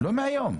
לא מהיום,